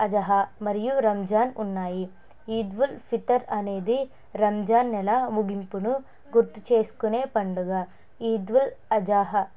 అజహ మరియు రంజాన్ ఉన్నాయి ఈద్ ఉల్ ఫితర్ అనేది రంజాన్ నెల ముగింపును గుర్తు చేసుకునే పండుగ ఈద్ ఉల్ అజహ